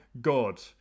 God